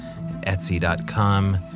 Etsy.com